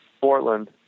Portland